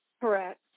Correct